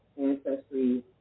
ancestry